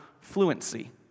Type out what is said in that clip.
fluency